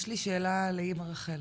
יש לי שאלה, לאמא רחל.